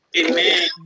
Amen